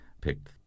picked